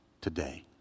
today